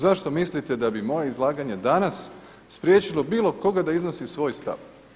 Zašto mislite da bi moje izlaganje danas spriječilo bilo koga da iznosi svoj stav?